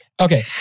Okay